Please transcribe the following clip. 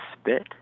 Spit